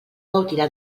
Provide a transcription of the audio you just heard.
gaudirà